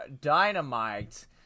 Dynamite